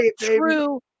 true